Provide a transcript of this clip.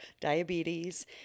diabetes